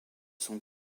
sont